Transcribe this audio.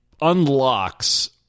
unlocks